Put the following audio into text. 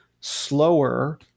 slower